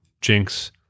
Jinx